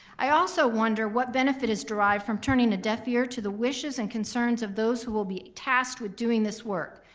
i also also wonder what benefit is derived from turning a deaf ear to the wishes and concerns of those who will be tasked with doing this work.